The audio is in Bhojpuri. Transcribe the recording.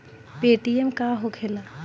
पेटीएम का होखेला?